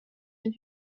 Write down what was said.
den